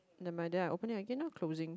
never mind then I open it up again loh closing